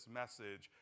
message